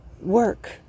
work